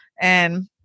and-